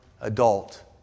adult